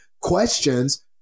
questions